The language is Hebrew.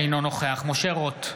אינו נוכח משה רוט,